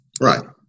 Right